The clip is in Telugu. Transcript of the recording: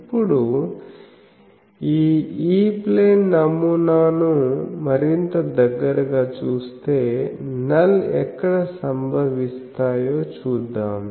ఇప్పుడు ఈ E ప్లేన్ నమూనాను మరింత దగ్గరగా చూస్తే నల్ ఎక్కడ సంభవిస్తాయో చూద్దాం